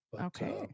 okay